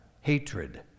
hatred